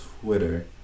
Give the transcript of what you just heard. Twitter